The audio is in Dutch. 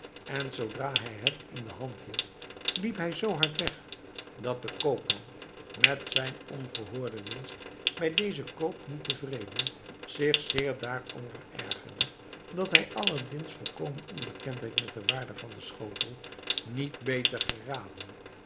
en zoodra hij het in de hand hield liep hij zoo hard weg dat de koopman met zijn ongehoorde winst bij dezen koop niet tevreden zich zeer daarover ergerde dat hij aladdin's volkomen onbekendheid met de waarde van den schotel niet beter geraden